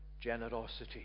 generosity